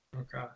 okay